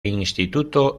instituto